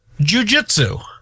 jujitsu